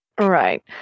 Right